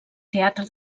teatre